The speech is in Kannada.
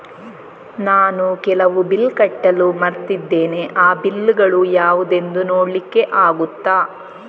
ನಾನು ಕೆಲವು ಬಿಲ್ ಕಟ್ಟಲು ಮರ್ತಿದ್ದೇನೆ, ಆ ಬಿಲ್ಲುಗಳು ಯಾವುದೆಂದು ನೋಡ್ಲಿಕ್ಕೆ ಆಗುತ್ತಾ?